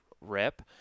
rep